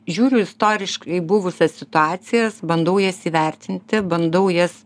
žiūriu istoriškai į buvusias situacijas bandau jas įvertinti bandau jas